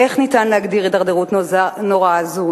איך ניתן להגדיר הידרדרות נוראה זו,